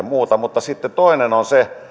muuta mutta sitten toinen asia on se